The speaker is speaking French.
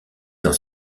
dans